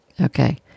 Okay